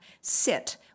sit